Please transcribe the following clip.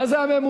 מה זה הממוצע?